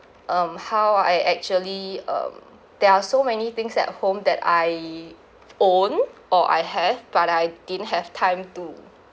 um how I actually um there are so many things at home that I own or I have but I didn't have time to